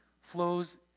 flows